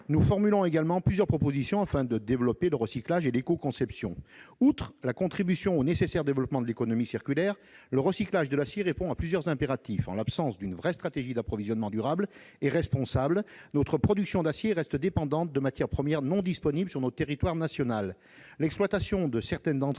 Nous formulons également plusieurs propositions, afin de développer le recyclage et l'écoconception. Outre la contribution au nécessaire développement de l'économie circulaire, le recyclage de l'acier répond à plusieurs impératifs. En l'absence d'une vraie stratégie d'approvisionnement durable et responsable, notre production d'acier reste dépendante de matières premières non disponibles sur notre territoire national.